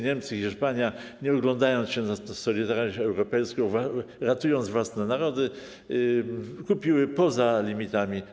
Niemcy, Hiszpania, nie oglądając się na solidarność europejską, ratując własne narody, kupiły szczepionki poza limitami.